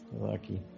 Lucky